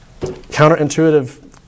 counterintuitive